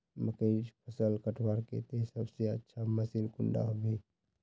मकईर फसल कटवार केते सबसे अच्छा मशीन कुंडा होबे?